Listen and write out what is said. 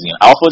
Alpha